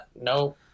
no